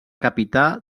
capità